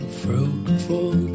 fruitful